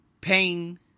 Pain